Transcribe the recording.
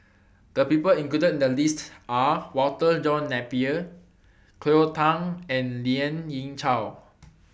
The People included in The list Are Walter John Napier Cleo Thang and Lien Ying Chow